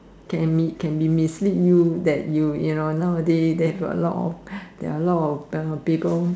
can be can be mislead you that you you know nowadays there're a lot of people